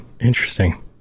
interesting